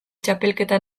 txapelketa